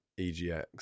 EGX